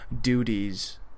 duties